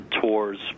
tours